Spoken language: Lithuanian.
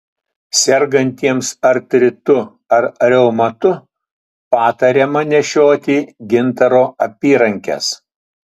sergantiesiems artritu ar reumatu patariama nešioti gintaro apyrankes